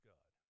God